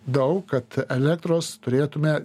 daug kad elektros turėtume